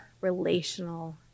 relational